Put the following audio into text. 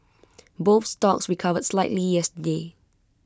both stocks recovered slightly yesterday